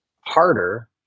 harder